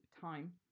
time